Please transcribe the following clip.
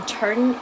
turn